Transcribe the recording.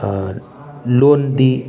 ꯂꯣꯟꯗꯤ